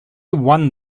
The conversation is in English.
won